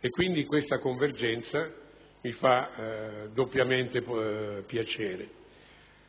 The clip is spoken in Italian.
e questa convergenza mi fa doppiamente piacere.